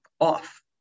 off